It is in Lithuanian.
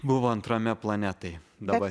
buvo antrame plane tai dabar